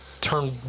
turn